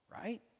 right